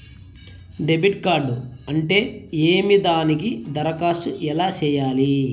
debit card అంటే ఏమి దానికి దరఖాస్తు ఎలా సేయాలి